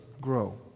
grow